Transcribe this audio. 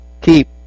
keep